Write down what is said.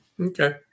Okay